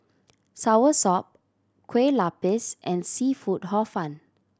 soursop Kueh Lapis and seafood Hor Fun